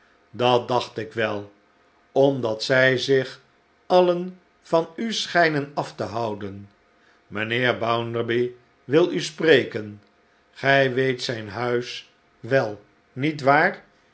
dat dacht ik wel omdat zij zich alien van u schijnen af te houden mijnheer bounderby wil u spreken gij weet zijn huis wel niet waar